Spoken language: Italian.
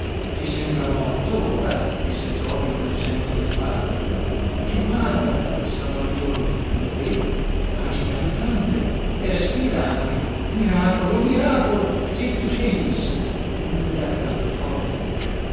ti sembra morto ora disse toby con accento beffardo ti guarda esclamò il giovine lo vedo agita le zampe e respira anche miracolo miracolo zitto james non gridar tanto forte